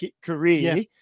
career